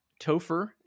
Topher